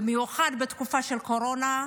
במיוחד בתקופה של הקורונה,